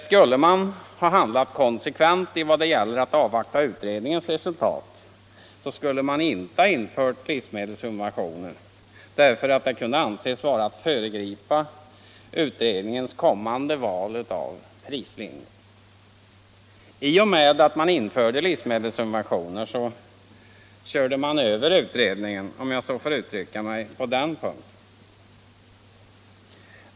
Skulle man ha handlat konsekvent i vad gäller att avvakta utredningens resultat, skulle man inte ha infört livsmedelssubventioner, därför att det kunde anses vara att föregripa utredningens kommande val av prislinje. I och med att man införde livsmedelssubventioner ”körde man över utredningen” på den här punkten, om jag får uttrycka mig så.